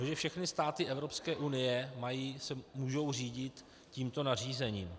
Že všechny státy Evropské unie se mohou řídit tímto nařízením.